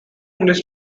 english